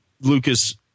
Lucas